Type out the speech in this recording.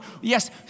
yes